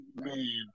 man